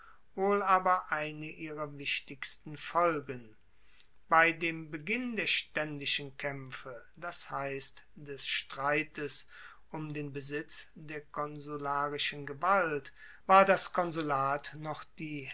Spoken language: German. wohl aber eine ihrer wichtigsten folgen bei dem beginn der staendischen kaempfe das heisst des streites um den besitz der konsularischen gewalt war das konsulat noch die